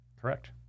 Correct